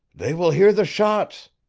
they will hear the shots,